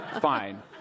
fine